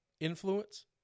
influence